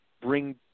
bring